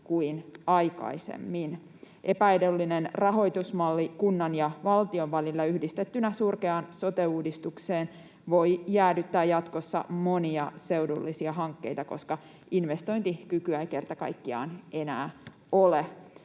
kuin aikaisemmin. Epäedullinen rahoitusmalli kunnan ja valtion välillä yhdistettynä surkeaan sote-uudistukseen voi jäädyttää jatkossa monia seudullisia hankkeita, koska investointikykyä ei kerta kaikkiaan enää ole.